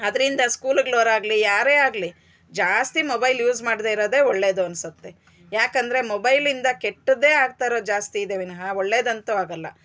ಅದ್ರಿಂದ ಸ್ಕೂಲ್ಗ್ಲವರಾಗ್ಲಿ ಯಾರೇ ಆಗ್ಲಿ ಜಾಸ್ತಿ ಮೊಬೈಲ್ ಯೂಸ್ ಮಾಡ್ದೆ ಇರೋದೆ ಒಳ್ಳೇದು ಅನ್ಸುತ್ತೆ ಯಾಕ್ ಅಂದ್ರೆ ಮೊಬೈಲಿಂದ ಕೆಟ್ಟದ್ದೇ ಆಗ್ತಾ ಇರೋದ್ ಜಾಸ್ತಿ ಇದೆ ವಿನಹ ಒಳ್ಳೆದ್ ಅಂತು ಆಗಲ್ಲ